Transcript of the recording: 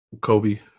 Kobe